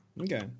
Okay